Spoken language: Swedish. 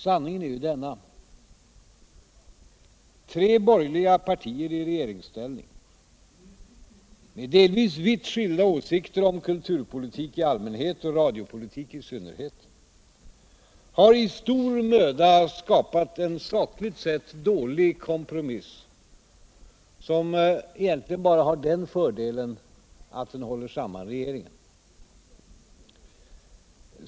Sanningen är ju denna: Tre borgerliga partier i regeringsställning med delvis viu skilda åsikter om kulturpolitik i Radions och tele Radions och televisionens fortsatta allmänhet och radiopolitik i synnerhet har i stor möda skapat en sakligt sett dålig kompromiss som egentligen bara har den fördelen av den håller samman regeringen.